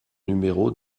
numéro